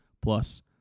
plus